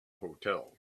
hotel